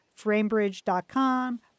framebridge.com